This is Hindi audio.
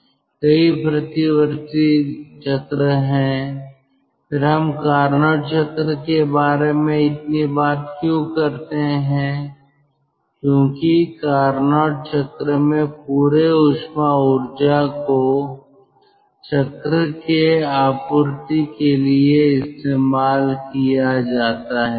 कई प्रतिवर्ती चक्र हैं फिर हम कारनोट चक्र के बारे में इतनी बात क्यों करते हैं क्योंकि कारनोट चक्र में पूरे ऊष्मा ऊर्जा को चक्र के आपूर्ति के लिए इस्तेमाल किया जाता है